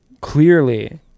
clearly